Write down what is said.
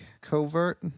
Covert